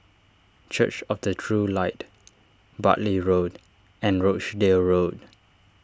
Church of the True Light Bartley Road and Rochdale Road